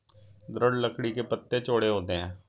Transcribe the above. दृढ़ लकड़ी के पत्ते चौड़े होते हैं